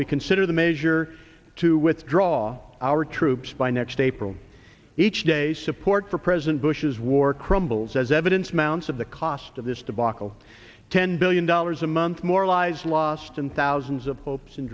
we consider the measure to withdraw our troops by next april each day support for president bush's war crumbles as evidence mounts of the cost of this debacle ten billion dollars a month more lives lost and thousands of hopes and